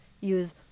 use